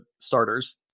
starters